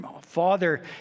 father